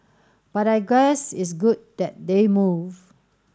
but I guess it's good that they move